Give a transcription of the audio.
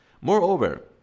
Moreover